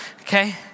Okay